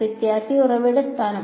വിദ്യാർത്ഥി ഉറവിട സ്ഥാനം